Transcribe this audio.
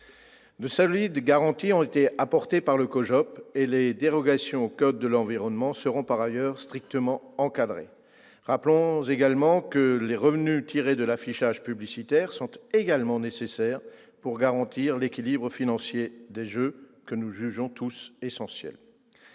De solides garanties ont été apportées par le COJOP, et les dérogations au code de l'environnement seront, par ailleurs, strictement encadrées. Rappelons aussi que les revenus tirés de l'affichage publicitaire sont absolument nécessaires pour garantir l'équilibre financier des jeux, que nous jugeons tous essentiel.